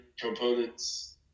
components